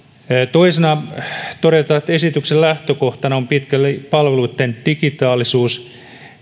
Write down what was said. toisena todetaan että esityksen lähtökohtana on pitkälle palveluitten digitaalisuus